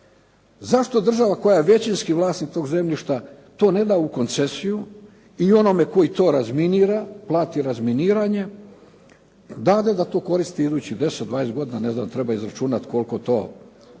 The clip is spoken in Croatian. Zašto država koja je većinski vlasnik tog zemljišta to ne da u koncesiju i onome koji to razminira plati razminiranje, dade da to koristi idućih 10, 20 godina. Ne znam treba izračunati koliko bi to bilo.